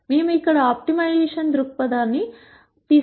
మేము ఇక్కడ ఆప్టిమైజేషన్ దృక్పథాన్ని తీసుకోబోతున్నాం